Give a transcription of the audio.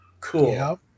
Cool